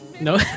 No